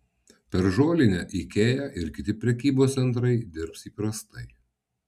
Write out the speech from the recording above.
per žolinę ikea ir kiti prekybos centrai dirbs įprastai